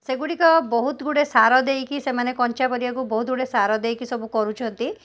ସେଗୁଡ଼ିକ ବହୁତ ଗୁଡ଼ିଏ ସାର ଦେଇକି ସେମାନେ କଞ୍ଚାପରିବାକୁ ବହୁତ ଗୁଡ଼ିଏ ସାରଦେଇକି ସବୁ କରୁଛନ୍ତି